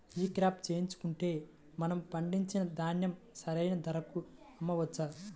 ఈ క్రాప చేయించుకుంటే మనము పండించిన ధాన్యం సరైన ధరకు అమ్మవచ్చా?